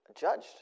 judged